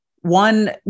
one